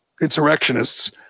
insurrectionists